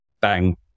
bang